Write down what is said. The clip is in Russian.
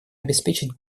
обеспечить